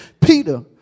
Peter